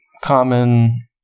common